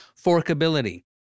Forkability